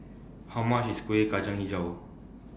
How much IS Kueh Kacang Hijau